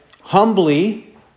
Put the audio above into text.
humbly